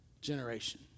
generation